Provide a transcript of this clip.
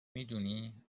میدونی